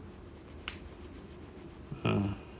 mm